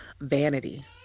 vanity